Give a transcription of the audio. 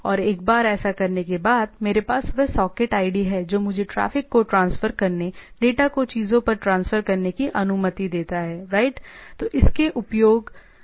और एक बार ऐसा करने के बाद मेरे पास वह सॉकेट ID है जो मुझे ट्रैफ़िक को ट्रांसफर करने डेटा को चीजों पर ट्रांसफर करने की अनुमति देता है राइट